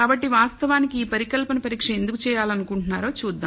కాబట్టి వాస్తవానికి ఈ పరికల్పన పరీక్ష ఎందుకు చేయాలనుకుంటున్నారో చూద్దాం